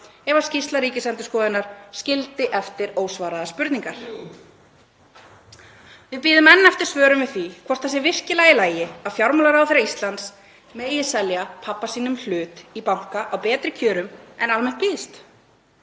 ef skýrsla Ríkisendurskoðunar skildi eftir ósvaraðar spurningar. Við bíðum enn eftir svörum við því hvort það sé virkilega í lagi að fjármálaráðherra Íslands megi selja pabba sínum hlut í banka á betri kjörum en almennt bjóðast.